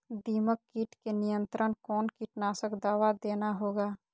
दीमक किट के नियंत्रण कौन कीटनाशक दवा देना होगा?